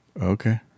Okay